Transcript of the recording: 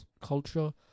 culture